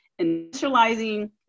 Initializing